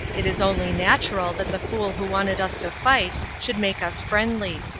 it is only natural that the fool who wanted us to fight should make us friendly.